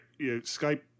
skype